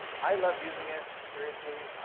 i love using it, seriously.